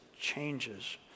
changes